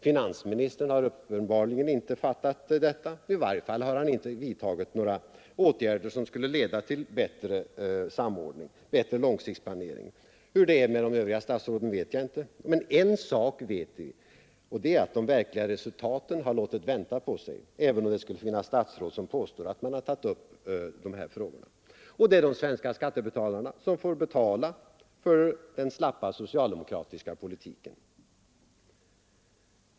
Finansministern har uppenbarligen inte fattat detta — i varje fall har han inte vidtagit några åtgärder som skulle leda till en bättre långsiktsplanering. Hur det är med de övriga statsråden vet jag inte. Men en sak vet vi, och det är att de verkliga resultaten låter vänta på sig, även — Nr 111 om det skulle finnas statsråd som påstår att man tagit upp dessa frågor. Det är de svenska skattebetalarna som får betala för den slappa socialdemokratiska politiken.